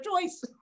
choice